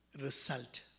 result